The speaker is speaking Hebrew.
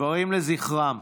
דברים לזכרם.